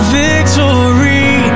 victory